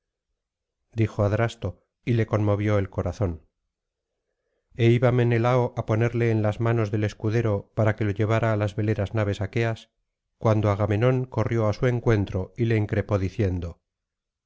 dijo adrasto y le conmovió el corazón e iba menelao á ponerle en manos del escudero para que lo llevara á las veleras naves aqueas cuando agamenón corrió á su encuentro y le increpó diciendo